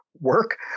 work